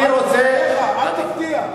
אל תבטיח.